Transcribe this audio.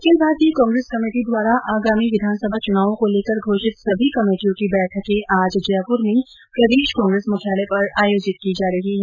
अखिल भारतीय कांग्रेस कमेटी द्वारा आगामी विधानसभा चुनावों को लेकर घोषित सभी कमेटियों की बैठक आज जयपुर में प्रदेश कांग्रेस मुख्यालय पर आयोजित की जा रही है